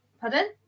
pardon